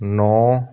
ਨੌਂ